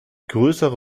größere